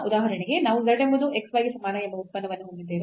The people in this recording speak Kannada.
ಉದಾಹರಣೆಗೆ ನಾವು z ಎಂಬುದು xy ಗೆ ಸಮಾನ ಎಂಬ ಉತ್ಪನ್ನವನ್ನು ಹೊಂದಿದ್ದೇವೆ